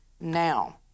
Now